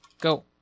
Go